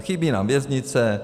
Chybí nám věznice.